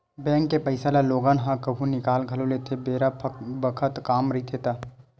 bank के पइसा ल लोगन ह कभु निकाल घलो लेथे बेरा बखत काम रहिथे ता